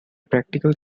practical